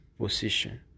position